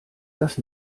dass